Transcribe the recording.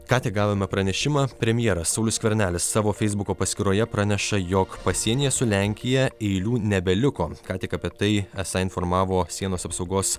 ką tik gavome pranešimą premjeras saulius skvernelis savo feisbuko paskyroje praneša jog pasienyje su lenkija eilių nebeliko ką tik apie tai esą informavo sienos apsaugos